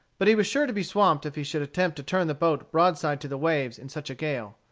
but he was sure to be swamped if he should attempt to turn the boat broadside to the waves in such a gale.